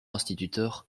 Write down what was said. instituteurs